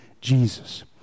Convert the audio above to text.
Jesus